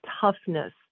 toughness